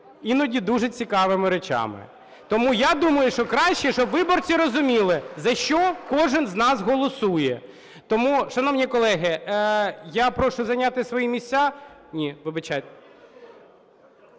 іноді дуже цікавими речами. Тому я думаю, що краще, щоб виборці розуміли, за що кожен з нас голосує. Тому, шановні колеги, я прошу зайняти свої місця. (Шум у залі)